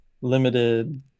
limited